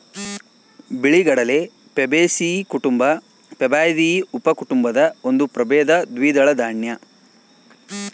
ಬಿಳಿಗಡಲೆ ಪ್ಯಾಬೇಸಿಯೀ ಕುಟುಂಬ ಪ್ಯಾಬಾಯ್ದಿಯಿ ಉಪಕುಟುಂಬದ ಒಂದು ಪ್ರಭೇದ ದ್ವಿದಳ ದಾನ್ಯ